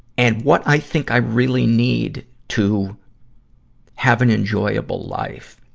and what i think i really need to have an enjoyable life.